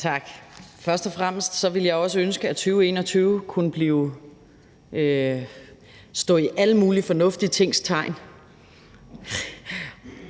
Tak. Først og fremmest vil jeg sige, at jeg også ville ønske, at 2021 kunne stå i alle mulige fornuftige tings tegn,